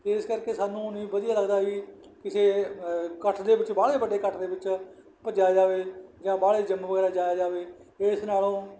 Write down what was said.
ਇਸ ਕਰਕੇ ਸਾਨੂੰ ਨਹੀਂ ਵਧੀਆ ਲੱਗਦਾ ਵੀ ਕਿਸੇ ਇਕੱਠ ਦੇ ਵਿੱਚ ਵਾਹਲੇ ਵੱਡੇ ਇਕੱਠ ਦੇ ਵਿੱਚ ਭੱਜਿਆ ਜਾਵੇ ਜਾਂ ਵਾਹਲੇ ਜਿੰਮ ਵਗੈਰਾ ਜਾਇਆ ਜਾਵੇ ਇਸ ਨਾਲੋਂ